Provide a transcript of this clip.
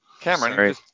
Cameron